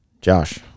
josh